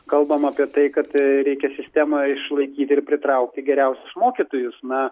kalbam apie tai kad reikia sistemą išlaikyt ir pritraukti geriausius mokytojus na